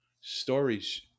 Stories